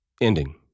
ending